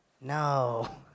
no